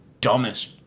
dumbest